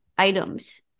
Items